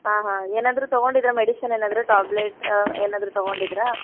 ಹಾಂ ಹಾಂ ಏನಾದರೂ ತಗೊಂಡಿದ್ದಿರಾ ಮೆಡಿಶನ್ ಏನಾದರೂ ಟೊಬ್ಲೆಟ್ ಏನಾದರೂ ತಗೊಂಡಿದ್ದಿರಾ